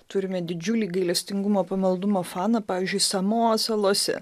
turime didžiulį gailestingumo pamaldumo faną pavyzdžiui samoa salose